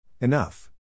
Enough